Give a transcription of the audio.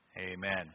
Amen